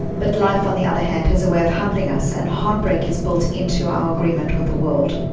but life, on the other hand, has a way of humbling us and heartbreak is built into our agreement with the world.